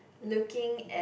looking at